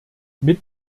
mit